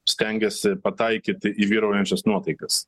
stengiasi pataikyti į vyraujančias nuotaikas